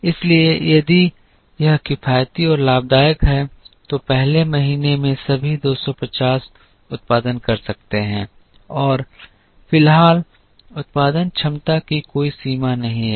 इसलिए यदि यह किफायती और लाभदायक है तो पहले महीने में सभी 250 उत्पादन कर सकते हैं और फिलहाल उत्पादन क्षमता की कोई सीमा नहीं है